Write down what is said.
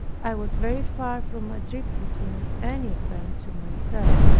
i was very far from attributing any of them to myself.